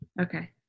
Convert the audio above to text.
Okay